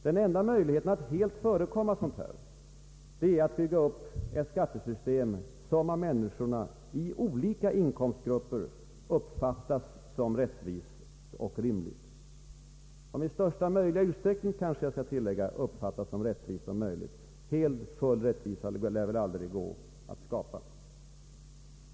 Den enda möjligheten att helt förekomma sådant här är att bygga upp ett skattesystem, som av människorna i olika inkomstgrupper uppfattas såsom rättvist och rimligt, som i största möjliga utsträckning, kanske jag skall tilllägga, uppfattas såsom rättvist och rimligt. Hel och full rättvisa lär väl aldrig gå att skapa.